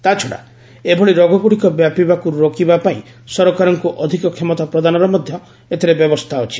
ତାଛଡ଼ା ଏଭଳି ରୋଗଗୁଡ଼ିକ ବ୍ୟାପିବାକୁ ରୋକିବା ପାଇଁ ସରକାରଙ୍କୁ ଅଧିକ କ୍ଷମତା ପ୍ରଦାନର ମଧ୍ୟ ଏଥିରେ ବ୍ୟବସ୍ଥା ଅଛି